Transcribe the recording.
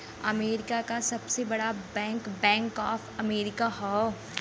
America क सबसे बड़ा बैंक बैंक ऑफ अमेरिका हौ